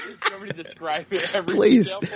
Please